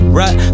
right